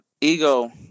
ego